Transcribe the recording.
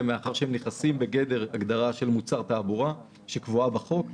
מאחר שהם נכנסים בגדר הגדרה של מוצר תעבורה שקבועה בחוק.